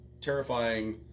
terrifying